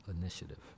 initiative